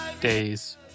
days